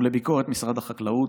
ובביקורת משרד החקלאות.